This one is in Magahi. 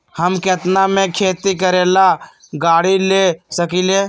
हम केतना में खेती करेला गाड़ी ले सकींले?